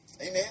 Amen